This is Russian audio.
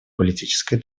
политическое